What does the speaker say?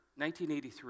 1983